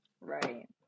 Right